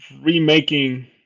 remaking